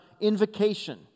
invocation